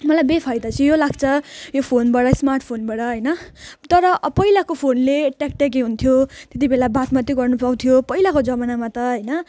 मलाई बेफाइदा चाहिँ यो लाग्छ यो फोनबाट स्मार्टफोनबाट होइन तर अब पहिलाको फोनले ट्याकट्याके हुन्थ्यो त्यति बेला बात मात्रै गर्नुपाउँथ्यो पहिलाको जमाना त होइन